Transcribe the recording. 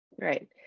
Right